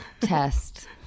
test